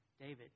David